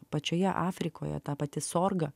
pačioje afrikoje ta pati sorga